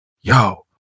Yo